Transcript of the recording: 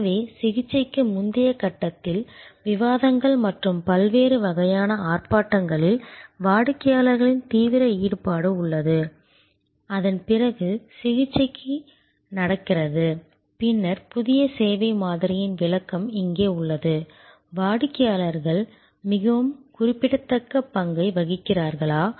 எனவே சிகிச்சைக்கு முந்தைய கட்டத்தில் விவாதங்கள் மற்றும் பல்வேறு வகையான ஆர்ப்பாட்டங்களில் வாடிக்கையாளர்களின் தீவிர ஈடுபாடு உள்ளது அதன் பிறகு சிகிச்சை நடக்கிறது பின்னர் புதிய சேவை மாதிரியின் விளக்கம் இங்கே உள்ளது வாடிக்கையாளர்கள் மிகவும் குறிப்பிடத்தக்க பங்கை வகிக்கிறார்களா